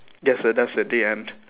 that's a that's a dead end